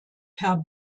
per